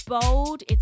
bold